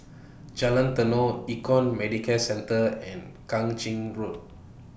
Jalan Tenon Econ Medicare Centre and Kang Ching Road